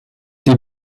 die